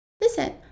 listen